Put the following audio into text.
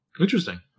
Interesting